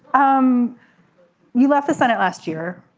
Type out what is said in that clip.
um you left the senate last year.